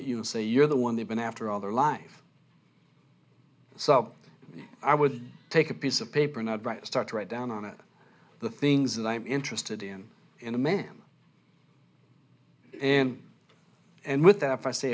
at you and say you're the one they've been after all their life so i would take a piece of paper and i would write start write down on the things that i'm interested in in a man and and with that i say